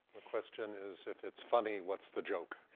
the question is, if it's funny, what's the joke?